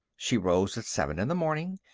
she rose at seven in the morning,